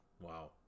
Wow